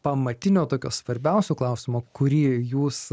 pamatinio tokio svarbiausio klausimo kurį jūs